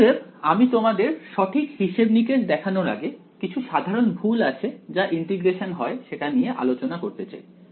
অতএব আমি তোমাদের সঠিক হিসেব নিকেশ দেখানোর আগে কিছু সাধারণ ভুল আছে যা ইন্টিগ্রেশনে হয় সেটা নিয়ে আলোচনা করতে চাই